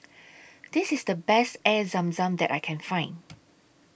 This IS The Best Air Zam Zam that I Can Find